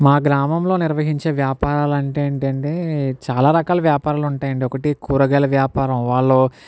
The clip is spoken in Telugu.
మా గ్రామంలో నిర్వహించే వ్యాపారాలంటే ఏంటండీ చాలా రకాల వ్యాపారాలుంటాయ్ అండి ఒకటి కూరగాయల వ్యాపారం వాళ్ళు